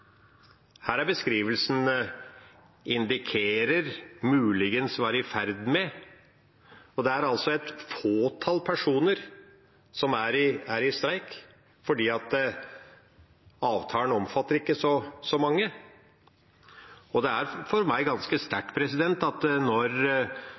Her er beskrivelsen «indikerer» og «muligens var i ferd med», og det er et fåtall personer som er i streik, fordi avtalen ikke omfatter så mange. Det er for meg ganske